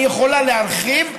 ואני יכולה להרחיב,